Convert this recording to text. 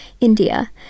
India